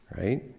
right